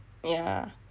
yah